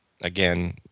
again